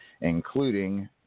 including